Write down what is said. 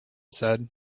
said